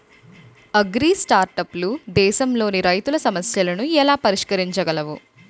అగ్రిస్టార్టప్లు దేశంలోని రైతుల సమస్యలను ఎలా పరిష్కరించగలవు?